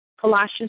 Colossians